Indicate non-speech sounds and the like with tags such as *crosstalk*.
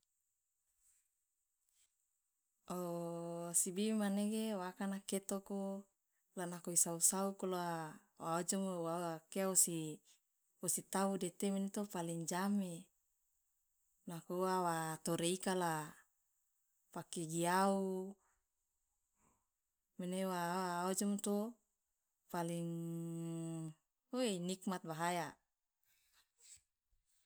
*hesitation* osibi mane waakana ketoko la nako isau sauku la wa ojomo wa okia wosi wosi tabu de teh mene to paling ijame nako uwa wa tore ika la *hesitation* pake giyau mene wa ojomo to paling *hesitation* oe inikmat bahaya.